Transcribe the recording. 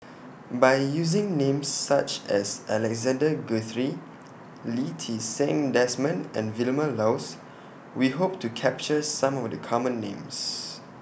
By using Names such as Alexander Guthrie Lee Ti Seng Desmond and Vilma Laus We Hope to capture Some of The Common Names